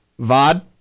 Vod